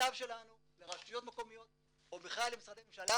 מכתב שלנו לרשויות מקומיות או בכלל למשרדי ממשלה,